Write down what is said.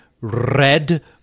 red